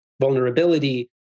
vulnerability